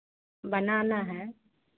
बनाना है